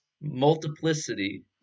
multiplicity